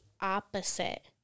opposite